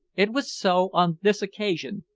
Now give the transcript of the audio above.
it was so on this occasion,